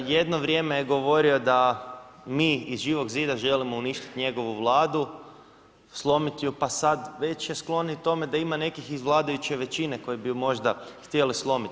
Jedno vrijeme je govorio da mi iz Živog zida želimo uništiti njegovu Vladu, slomiti ju, pa sada već je sklon i tome da ima nekih iz vladajuće većine koji bi ju možda htjeli slomiti.